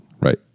right